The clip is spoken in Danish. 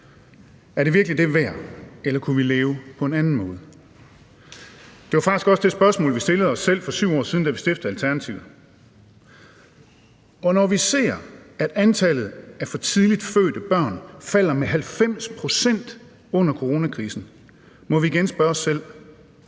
Er det virkelig det værd, eller kunne vi leve på en anden måde? Det var faktisk også det spørgsmål, vi stillede os selv for 7 år siden, da vi stiftede Alternativet. Og når vi ser, at antallet af for tidligt fødte børn falder med 90 pct. under coronakrisen, må vi igen spørge os selv: